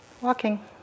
walking